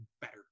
better